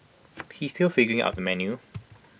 he is still figuring out the menu